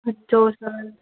அச்சோ சார்